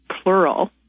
plural